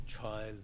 child